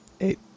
Eight